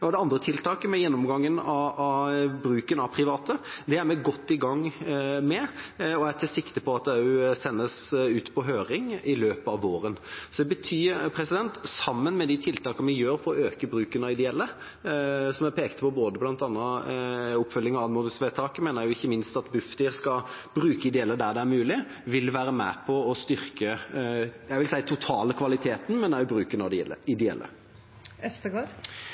det gjelder det andre tiltaket, gjennomgangen av bruken av private, er vi godt i gang med det, og jeg tar sikte på at det sendes ut på høring i løpet av våren. De tiltakene vi setter i gang for å øke bruken av ideelle, som jeg pekte på – både oppfølgingen av anmodningsvedtaket og ikke minst at Bufdir skal bruke ideelle der det er mulig – vil være med på ikke bare å styrke, vil jeg si, den totale kvaliteten, men også bruken av ideelle. Freddy André Øvstegård